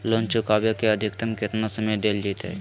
Loan चुकाबे के अधिकतम केतना समय डेल जयते?